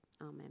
Amen